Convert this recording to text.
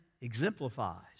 exemplifies